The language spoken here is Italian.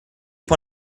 può